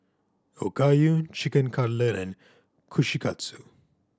Okayu Chicken Cutlet and Kushikatsu